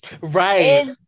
right